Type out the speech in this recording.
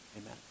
amen